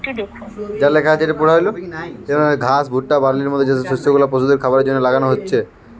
ঘাস, ভুট্টা, বার্লির মত যে সব শস্য গুলা পশুদের খাবারের জন্যে লাগানা হচ্ছে